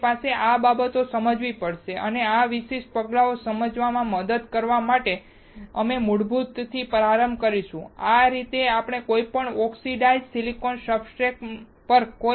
તમારે આ બાબતોને સમજવી પડશે અને આ વિશિષ્ટ પગલાઓને સમજવામાં મદદ કરવા માટે અમે મૂળભૂતથી પ્રારંભ કરીશું આ રીતે તમે કોઈ oxidized silicon substrate oxidized silicon substrate